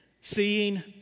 seeing